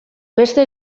beste